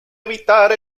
evitar